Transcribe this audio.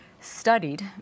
studied